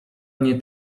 nie